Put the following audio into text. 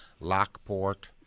Lockport